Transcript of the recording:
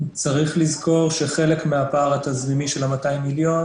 צריך לזכור שחלק מהפער צריך לזכור שחלק מהפער התזרימי של ה-200 מיליון